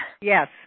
Yes